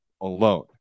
alone